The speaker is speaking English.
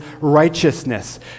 righteousness